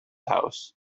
house